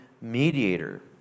mediator